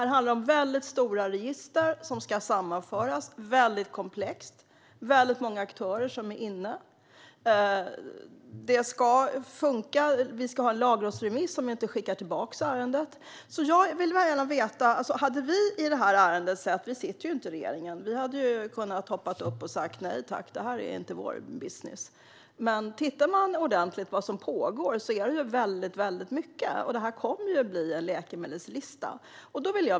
Det handlar om väldigt stora register som ska sammanföras, och det är komplext. Många aktörer är inbegripna. Allt ska funka. Vi måste ha en lagrådsremiss som inte skickas tillbaka. Vi i Vänsterpartiet sitter ju inte i regeringen och hade kunnat hoppa upp och säga att detta inte är vår business. Men om man tittar ordentligt på vad som pågår ser man att det är väldigt mycket. Det kommer att bli en läkemedelslista.